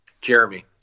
Jeremy